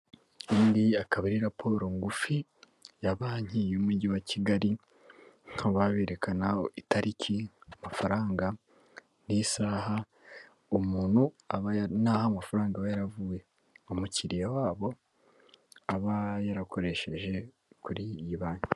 Iyi ngiyi akaba ari raporo ngufi ya banki y'umujyi wa Kigali, bakaba berekana itariki amafaranga n'isaha, umuntu aba n'aho amafaranga aba yaravuye. Umukiriya wabo aba yarakoresheje kuri iyi banki.